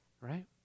right